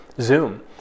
Zoom